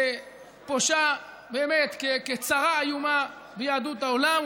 שפושה כצרה איומה ביהדות העולם,